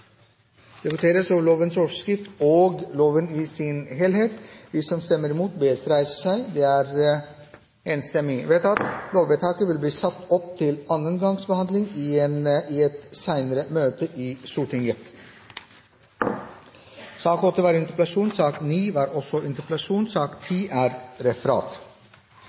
Det voteres over lovens overskrift og loven i sin helhet. Lovvedtaket vil bli ført opp til annen gangs behandling i et senere møte i Stortinget. I sakene nr. 8 og 9 foreligger det ikke noe voteringstema. Dermed er